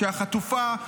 שהחטופה,